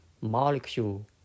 molecule